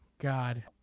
God